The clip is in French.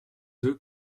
œufs